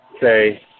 say